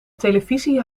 televisie